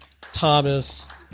Thomas